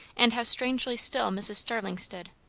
and how strangely still mrs. starling stood.